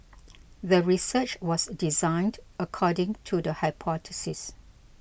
the research was designed according to the hypothesis